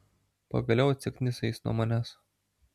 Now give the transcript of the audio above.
pagaliau atsikniso jis nuo manęs